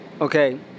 okay